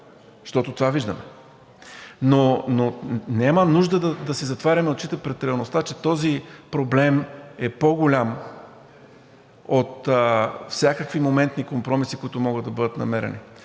Защото това виждаме. Няма нужда да си затваряме очите пред реалността, че този проблем е по-голям от всякакви моментни компромиси, които могат да бъдат намерени.